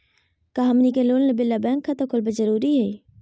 का हमनी के लोन लेबे ला बैंक खाता खोलबे जरुरी हई?